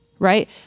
right